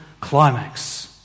climax